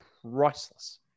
Priceless